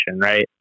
Right